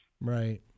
Right